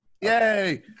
Yay